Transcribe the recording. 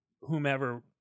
whomever